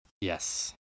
yes